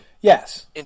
Yes